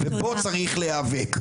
ובו צריך להיאבק.